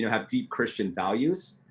have deep christian values,